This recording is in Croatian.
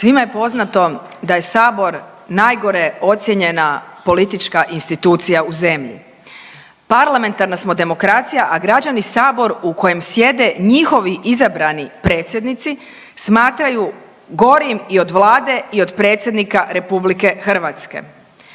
Svima je poznato da je Sabor najgore ocijenjena politička institucija u zemlji. Parlamentarna smo demokracija, a građani Sabor u kojem sjede njihovi izabrani predsjednici smatraju gorim i od Vlade i od predsjednika Republike Hrvatske.